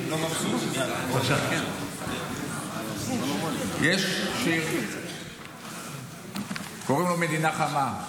לא מבסוטים --- יש שיר שקוראים לו "מדינה חמה",